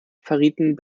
verrieten